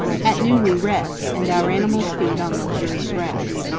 at noon we rest and our animals feed on luxuriant grass.